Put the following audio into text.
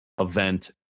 event